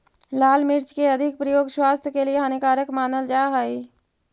लाल मिर्च के अधिक प्रयोग स्वास्थ्य के लिए हानिकारक मानल जा हइ